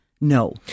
no